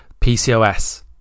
pcos